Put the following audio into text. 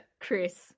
Chris